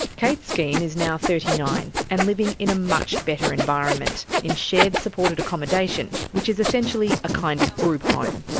kate skene is now thirty nine and living in a much better environment, in shared supported accommodation, which is essentially a kind of group home.